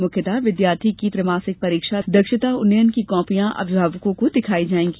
मुख्यत विद्यार्थी की त्रैमासिक परीक्षादक्षता उन्नयन की कॉपियाँ अभिभावकों को दिखाई जायेंगी